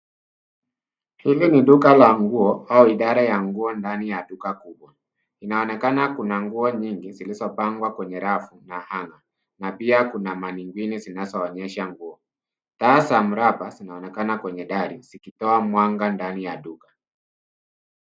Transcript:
Hili ni duka la nguo au idara ya nguo katika duka kuu. Inaonekana kuna nguo nyingi zilizopangwa kwenye rafu na (cs)hanger(cs).Na pia kuna (cs)mannequin(cs) zinazoonyesha nguo. Taa za mraba zinaonekana kwenye dari zikitoa mwanga ndani ya duka.